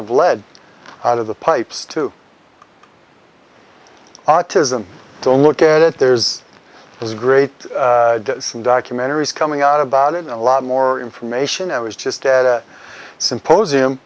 of lead out of the pipes to autism don't look at it there's this great some documentaries coming out about it a lot more information i was just at a symposium